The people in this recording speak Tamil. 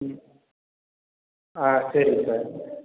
ம் ஆ சரிங்க சார்